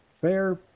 Fair